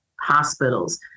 hospitals